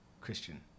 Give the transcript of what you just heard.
Christian